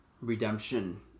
redemption